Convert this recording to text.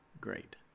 great